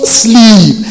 sleep